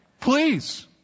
Please